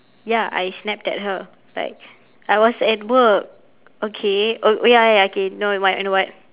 ya I snapped at her like I was at work okay oh ya ya ya okay you know what you know what